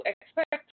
expect